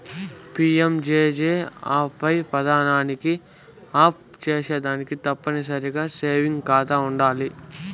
PMJJAY పదకానికి apply సేసేదానికి తప్పనిసరిగా సేవింగ్స్ కాతా ఉండాల్ల